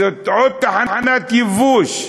זו עוד תחנת ייבוש.